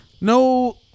no